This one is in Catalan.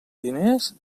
diners